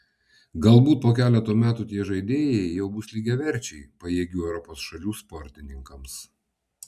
galbūt po keleto metų tie žaidėjai jau bus lygiaverčiai pajėgių europos šalių sportininkams